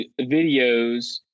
videos